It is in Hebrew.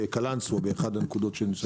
בקלנסווה, באחת הנקודות שנמצאים.